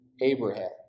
Abraham